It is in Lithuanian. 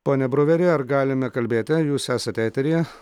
pone bruveri ar galime kalbėti jūs esate eteryje